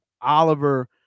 Oliver